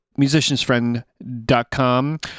Musician'sFriend.com